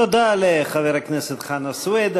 תודה לחבר הכנסת חנא סוייד.